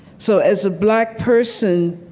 so, as a black person,